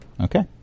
Okay